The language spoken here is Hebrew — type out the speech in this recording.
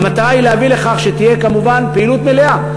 והמטרה היא להביא לכך שתהיה, כמובן, פעילות מלאה.